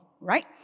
Right